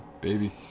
baby